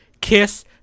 kiss